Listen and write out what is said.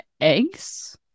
eggs